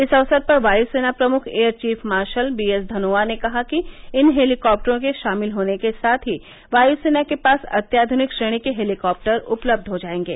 इस अक्सर पर वायु सेना प्रमुख air chief marshal B S Dhanoa ने कहा कि इन हेलीकॉप्टरों के शामिल होने के साथ ही वायू सेना के पास अत्याधुनिक श्रेणी के हेलीकॉप्टर उपलब्ध हो जाएंगे